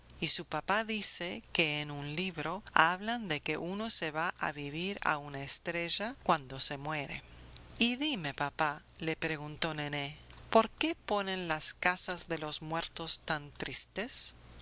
y su papá dice que en un libro hablan de que uno se va a vivir a una estrella cuando se muere y dime papá le preguntó nené por qué ponen las casas de los muertos tan tristes